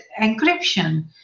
encryption